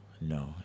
no